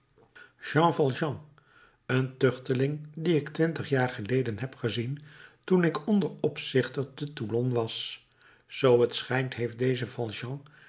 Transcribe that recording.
jean valjean een tuchteling dien ik twintig jaar geleden heb gezien toen ik onderopzichter te toulon was zoo het schijnt heeft deze